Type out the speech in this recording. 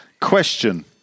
Question